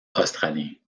australien